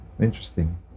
Interesting